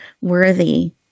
worthy